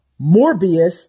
Morbius